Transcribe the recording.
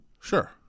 Sure